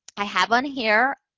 i have one here.